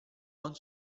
buon